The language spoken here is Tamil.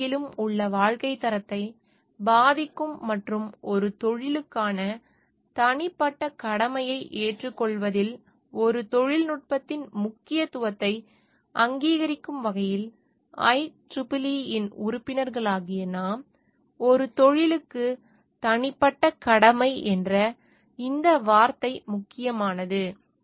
உலகெங்கிலும் உள்ள வாழ்க்கைத் தரத்தை பாதிக்கும் மற்றும் ஒரு தொழிலுக்கான தனிப்பட்ட கடமையை ஏற்றுக்கொள்வதில் ஒரு தொழில்நுட்பத்தின் முக்கியத்துவத்தை அங்கீகரிக்கும் வகையில் IEEE இன் உறுப்பினர்களாகிய நாம் ஒரு தொழிலுக்கு தனிப்பட்ட கடமை என்ற இந்த வார்த்தை முக்கியமானது